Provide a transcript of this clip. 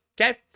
Okay